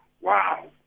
Wow